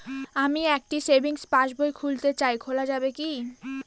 আমি একটি সেভিংস পাসবই খুলতে চাই খোলা যাবে কি?